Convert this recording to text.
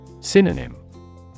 Synonym